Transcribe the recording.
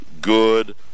good